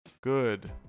good